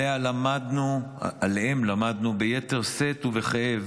שעליה למדנו ביתר שאת ובכאב